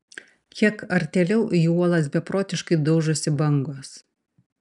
kiek artėliau į uolas beprotiškai daužosi bangos